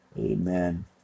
Amen